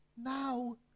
now